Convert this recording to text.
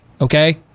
okay